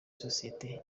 sosiyete